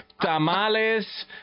tamales